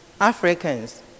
Africans